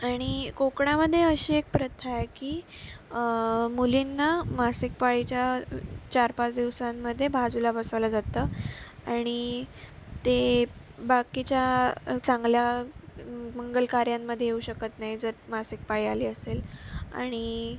आणि कोकणामध्ये अशी एक प्रथा आहे की मुलींना मासिक पाळीच्या चार पाच दिवसांमध्ये बाजूला बसवलं जातं आणि ते बाकीच्या चांगल्या मंगलकार्यांमध्ये येऊ शकत नाही जर मासिक पाळी आली असेल आणि